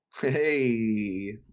Hey